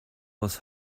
was